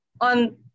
on